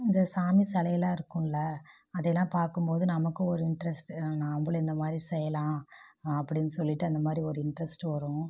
இந்த சாமி சிலையெல்லாம் இருக்கும்ல அதையெல்லாம் பார்க்கும்போது நமக்கும் ஒரு இன்ட்ரெஸ்ட்டு நம்பளும் இந்த மாதிரி செய்யலாம் அப்டின்னு சொல்லிவிட்டு அந்தமாதிரி ஒரு இன்ட்ரெஸ்ட்டு வரும்